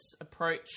Approach